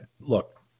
look